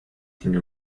tiene